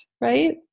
right